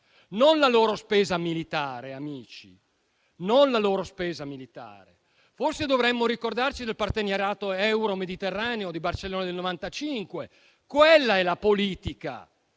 non la loro spesa militare, amici. Forse dovremmo ricordarci del partenariato euro-mediterraneo di Barcellona del 1995: quella è la politica,